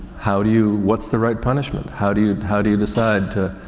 how do you, what's the right punishment? how do you, how do you decide to,